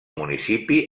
municipi